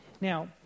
Now